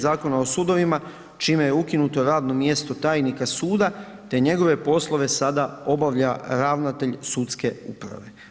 Zakona o sudovima čime je ukinuto radno mjesto tajnika suda, te njegove poslove sada obavlja ravnatelj sudske uprave.